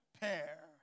pair